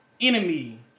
enemy